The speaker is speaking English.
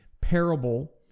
parable